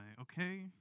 Okay